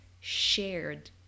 shared